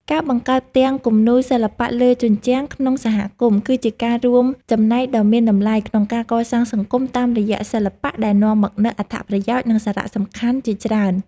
ការបង្កើតផ្ទាំងគំនូរសិល្បៈលើជញ្ជាំងក្នុងសហគមន៍ គឺជាការរួមចំណែកដ៏មានតម្លៃក្នុងការកសាងសង្គមតាមរយៈសិល្បៈ ដែលនាំមកនូវអត្ថប្រយោជន៍ និងសារៈសំខាន់ជាច្រើន។